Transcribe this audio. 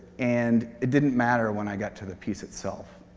and it didn't matter when i got to the piece itself.